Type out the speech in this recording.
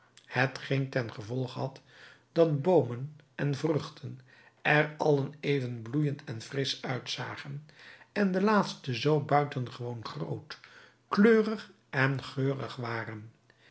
hetgeen tengevolge had dat bomen en vruchten er allen even bloeijend en frisch uitzagen en de laatste zoo buitengewoon groot kleurig en geurig waren